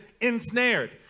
ensnared